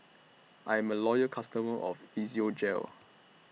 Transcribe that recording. I'm A Loyal customer of Physiogel